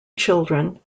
children